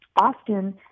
Often